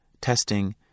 testing